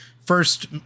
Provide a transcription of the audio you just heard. first